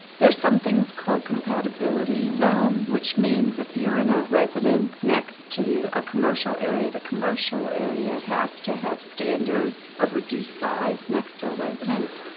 there's some things called compatibility zones. which means if you're in a residence next to a commercial area, the commercial area has to have standards of reduced size next to a residence.